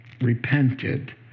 repented